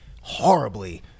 horribly